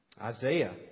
Isaiah